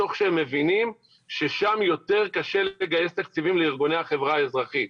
תוך שהם מבינים ששם יותר קשה לגייס תקציבים לארגוני החברה האזרחית.